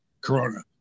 Corona